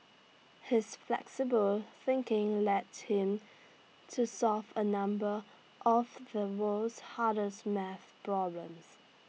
his flexible thinking led him to solve A number of the world's hardest math problems